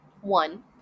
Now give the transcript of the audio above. one